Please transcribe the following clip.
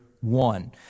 one